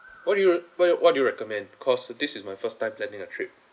what do you what do you recommend cause this is my first time planning a trip